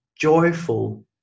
joyful